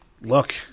look